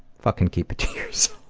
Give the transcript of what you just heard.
fucking keep it to